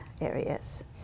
areas